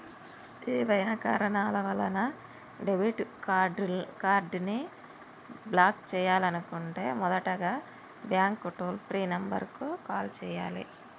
ఏవైనా కారణాల వలన డెబిట్ కార్డ్ని బ్లాక్ చేయాలనుకుంటే మొదటగా బ్యాంక్ టోల్ ఫ్రీ నెంబర్ కు కాల్ చేయాలే